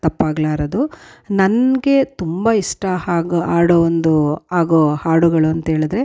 ತಪ್ಪಾಗಲಾರದು ನನಗೆ ತುಂಬ ಇಷ್ಟ ಹಾಗೆ ಹಾಡೋ ಒಂದು ಆಗೋ ಹಾಡುಗಳು ಅಂತ್ಹೇಳಿದ್ರೆ